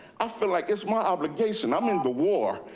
i feel like it's my obligation, i'm in the war.